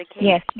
Yes